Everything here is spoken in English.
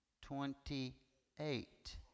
twenty-eight